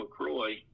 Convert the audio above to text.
McCroy